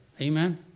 Amen